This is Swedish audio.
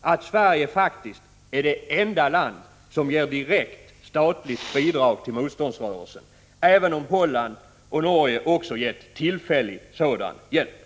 att Sverige faktiskt är det enda land som ger direkt statligt bidrag till motståndsrörelsen, även om Holland och Norge också gett tillfällig sådan hjälp.